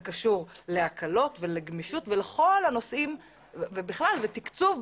זה קשור להקלות ולגמישות ולכל הנושאים ובכלל בתקצוב.